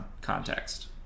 context